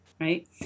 Right